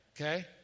okay